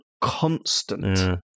constant